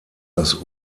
das